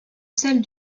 celles